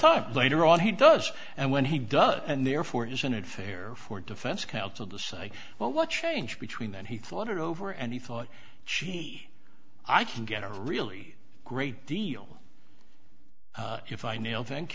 time later on he does and when he does and therefore isn't it fair for defense counsel to say well what changed between then he thought it over and he thought she i can get a really great deal if i nail thank